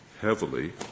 heavily